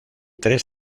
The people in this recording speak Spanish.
tres